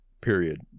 period